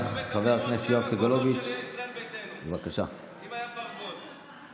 רואים את הגבולות של ישראל ביתנו אם היה פרגוד.